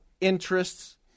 interests